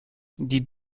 die